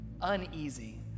uneasy